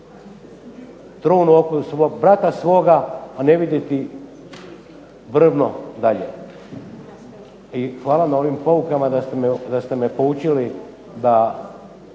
trn u oku brata svoga, a ne vidjeti brvno dalje. I hvala na ovim poukama da ste me poučili da